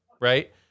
Right